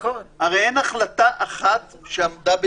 הרי אין החלטה אחת שעמדה בתוקף,